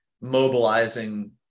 mobilizing